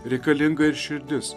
reikalinga ir širdis